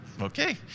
Okay